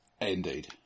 Indeed